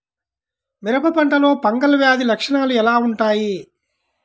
మిరప పంటలో ఫంగల్ వ్యాధి లక్షణాలు ఎలా వుంటాయి?